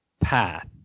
path